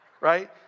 Right